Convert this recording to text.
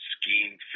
scheme